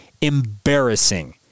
Embarrassing